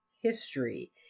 history